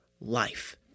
life